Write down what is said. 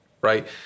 right